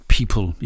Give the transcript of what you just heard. People